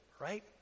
right